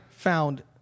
found